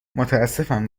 متاسفم